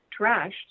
trashed